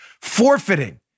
forfeiting